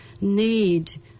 need